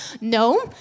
no